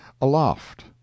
Aloft